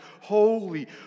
holy